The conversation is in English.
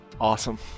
Awesome